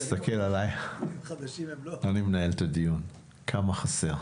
כמה חסר?